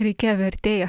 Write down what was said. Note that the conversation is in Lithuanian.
reikia vertėjo